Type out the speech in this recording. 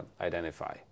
identify